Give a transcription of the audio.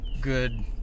good